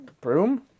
Broom